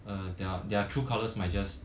uh their their true colours might just